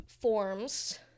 forms